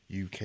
UK